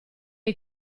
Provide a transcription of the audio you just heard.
hai